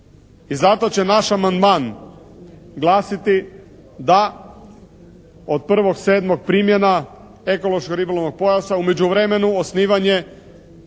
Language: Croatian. I zato će naš amandman glasiti da od 1.7. primjena ekološko-ribolovnog pojasa u međuvremenu osnivanje